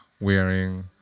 wearing